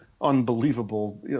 unbelievable